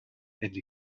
ende